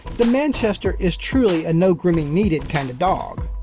the manchester is truly a no-grooming needed kind of dog.